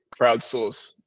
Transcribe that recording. crowdsource